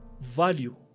value